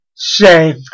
Shame